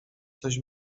coś